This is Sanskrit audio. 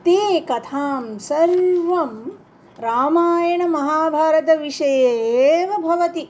ते कथां सर्वं रामायणमहाभारतविषये एव भवति